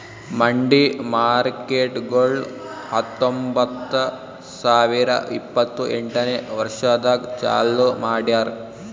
ಮಂಡಿ ಮಾರ್ಕೇಟ್ಗೊಳ್ ಹತೊಂಬತ್ತ ಸಾವಿರ ಇಪ್ಪತ್ತು ಎಂಟನೇ ವರ್ಷದಾಗ್ ಚಾಲೂ ಮಾಡ್ಯಾರ್